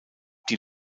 die